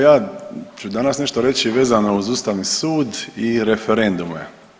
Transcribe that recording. Ja ću danas nešto reći vezano uz Ustavni sud i referendume.